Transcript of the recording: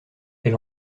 elle